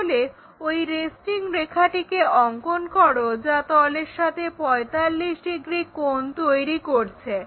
তাহলে ওই রেস্টিং রেখাটিকে অঙ্কন করো যা তলের সাথে 45 ডিগ্রি কোণ তৈরি করছে